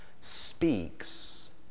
speaks